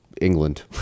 England